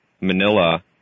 Manila